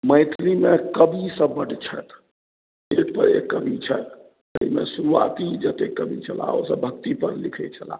मैथिलिमे कवि सब बड छथि एक पर एक कवि छथि ताहिमे शुरुआती जते कवि छलाहा ओ भक्ति पर लिखैत छलाह